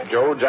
Joe